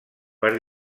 per